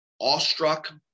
awestruck